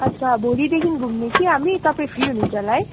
अच्छा भोलिदेखिन् घुम्ने कि हामी तपाईँ फ्री हुनुहुन्छ होला है